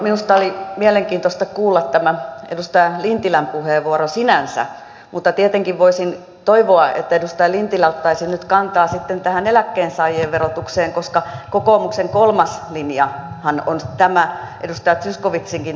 minusta oli mielenkiintoista kuulla tämä edustaja lintilän puheenvuoro sinänsä mutta tietenkin voisin toivoa että edustaja lintilä ottaisi nyt kantaa sitten tähän eläkkeensaajien verotukseen koska kokoomuksen kolmas linjahan on tämä edustaja zyskowiczinkin linja